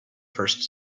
first